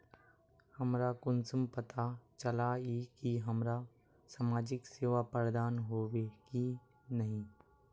हमरा कुंसम पता चला इ की हमरा समाजिक सेवा प्रदान होबे की नहीं?